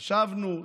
חשבנו,